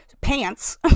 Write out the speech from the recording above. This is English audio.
pants